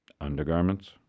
Undergarments